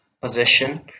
position